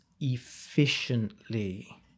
efficiently